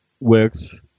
works